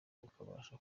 tukabasha